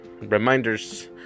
Reminders